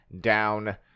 down